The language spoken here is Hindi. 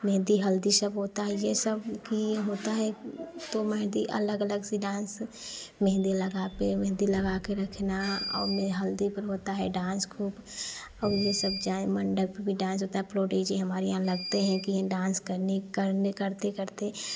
मेहंदी हल्दी सब होता है यह सब की तो मेहंदी अलग अलग सी डांस मेहंदी लगा पर मेहंदी लगाके रखना औ मे हल्दी पत्र होता है डांस खूब और यह सब जाएँ मंडप पर भी डांस होता है फ्लो डी जे हमारे यहाँ लगते हैं कि डांस करने करने करते करते